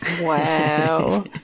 wow